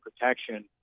protection